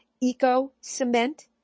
eco-cement